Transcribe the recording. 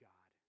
God